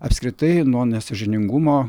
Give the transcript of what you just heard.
apskritai nuo nesąžiningumo